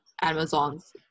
Amazon's